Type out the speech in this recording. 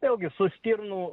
vėlgi su stirnų